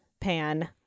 Pan